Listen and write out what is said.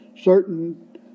certain